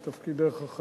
בבקשה.